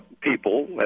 people